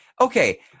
Okay